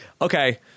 okay